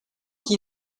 qui